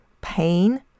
pain